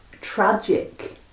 tragic